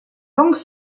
banque